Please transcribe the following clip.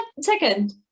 second